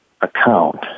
account